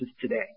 today